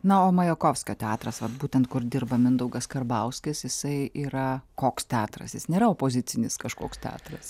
na o majakovskio teatras vat būtent kur dirba mindaugas karbauskis jisai yra koks teatras jis nėra opozicinis kažkoks teatras